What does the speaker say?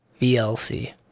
VLC